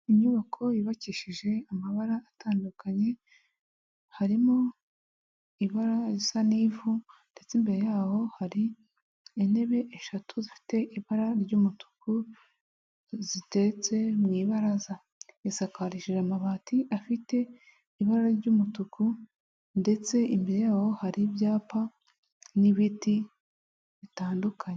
Inyubako yubakishije amabara atandukanye, harimo ibara risa n'ivu ndetse imbere yaho hari intebe eshatu zifite ibara ry'umutuku ziteretse mu ibaraza, isakarishije amabati afite ibara ry'umutuku ndetse imbere yaho hari ibyapa n'ibiti bitandukanye.